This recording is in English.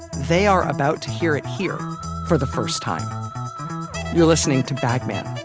they are about to hear it here for the first time you're listening to bag man.